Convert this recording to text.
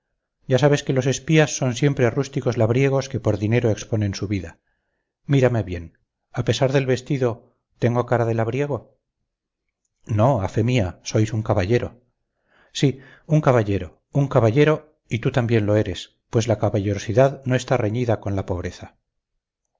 ya sabes que los espías son siempre rústicos labriegos que por dinero exponen su vida mírame bien a pesar del vestido tengo cara de labriego no a fe mía sois un caballero sí un caballero un caballero y tú también lo eres pues la caballerosidad no está reñida con la pobreza